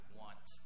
want